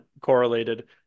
correlated